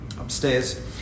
upstairs